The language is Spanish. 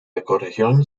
ecorregión